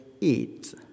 eat